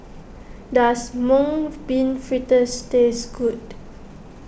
does Mung Bean Fritters taste good